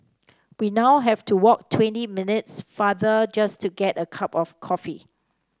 we now have to walk twenty minutes farther just to get a cup of coffee